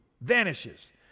vanishes